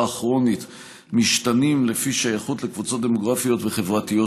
הכרונית משתנים לפי שייכות לקבוצות דמוגרפיות וחברתיות,